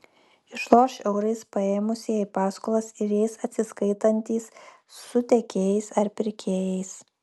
išloš eurais paėmusieji paskolas ir jais atsiskaitantys su tiekėjais ar pirkėjais